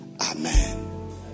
Amen